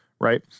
right